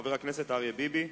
חבר הכנסת אריה ביבי,